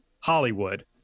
Hollywood